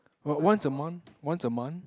but once a month once a month